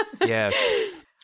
yes